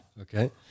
Okay